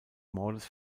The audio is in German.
mordes